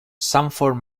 sanford